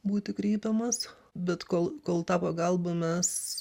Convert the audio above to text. būti kreipiamas bet kol kol tą pagalbą mes